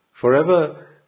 Forever